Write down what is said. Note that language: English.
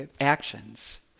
actions